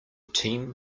team